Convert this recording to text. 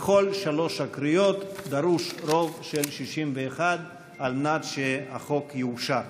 ובכל שלוש הקריאות דרוש רוב של 61 על מנת שהחוק יאושר.